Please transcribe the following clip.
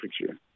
picture